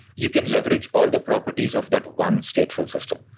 you can leverage all the properties of that one stateful system.